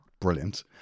Brilliant